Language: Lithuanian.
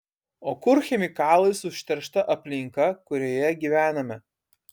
o kur chemikalais užteršta aplinka kurioje gyvename